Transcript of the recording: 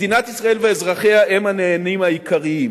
מדינת ישראל ואזרחיה הם הנהנים העיקריים.